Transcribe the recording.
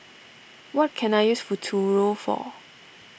what can I use Futuro for